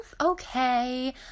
okay